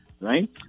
right